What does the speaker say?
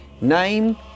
Name